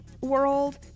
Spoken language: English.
world